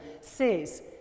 says